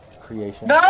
creation